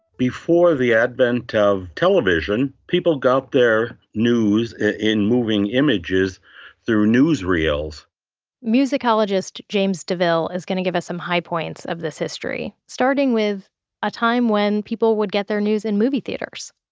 before the advent of television, people got their news in moving images through newsreels musicologist james deaville is gonna give us some high points of this history. starting with a time when people would get their news in movie theatres!